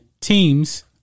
teams